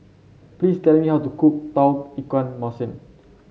please tell me how to cook Tauge Ikan Masin